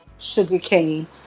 Sugarcane